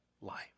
life